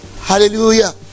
Hallelujah